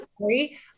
sorry